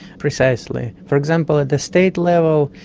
precisely. for example at the state level,